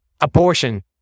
abortion